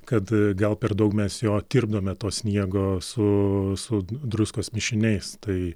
kad gal per daug mes jo tirpdome to sniego su su druskos mišiniais tai